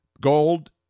gold